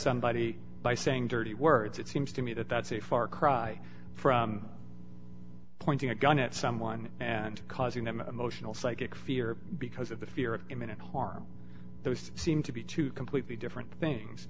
somebody by saying dirty words it seems to me that that's a far cry from pointing a gun at someone and causing them emotional psychic fear because of the fear of imminent harm seem to be two completely different things